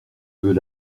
veux